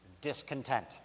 discontent